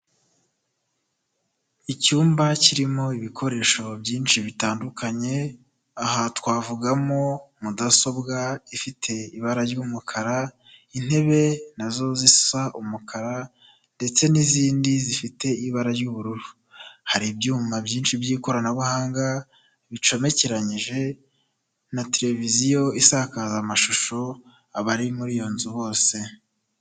Icyumba kirimo ibikoresho byinshi bitandukanye aha twavugamo mudasobwa ifite ibara ry'umukara, intebe nazo zisa umukara ndetse n'izindi zifite ibara ry'ubururu hari ibyuma byinshi by'ikoranabuhanga bicomekeranyije na televiziyo isakaza amashusho abari muri iyo nzu bose.